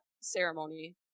ceremony